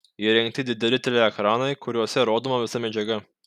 įrengti dideli teleekranai kuriuose rodoma visa medžiaga